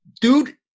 dude